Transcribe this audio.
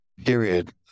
period